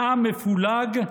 העם מפולג,